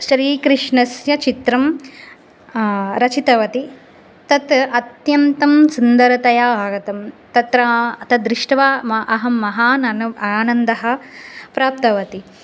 श्रीकृष्णस्य चित्रं रचितवती तत् अत्यन्तं सुन्दरतया आगतं तत्र तद्दृष्ट्वा मा अहं महान् अनु आनन्दः प्राप्तवती